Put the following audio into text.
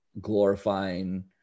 glorifying